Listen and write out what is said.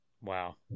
Wow